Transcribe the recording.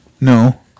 No